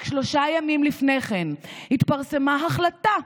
רק שלושה ימים לפני כן התפרסמה החלטה,